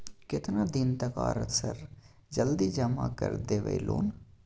केतना दिन तक आर सर जल्दी जमा कर देबै लोन?